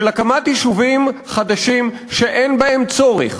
של הקמת יישובים חדשים שאין בהם צורך,